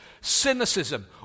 cynicism